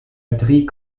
batterie